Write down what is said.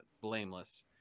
blameless